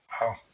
Wow